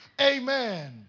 Amen